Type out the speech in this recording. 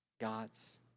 God's